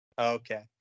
Okay